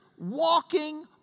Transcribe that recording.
walking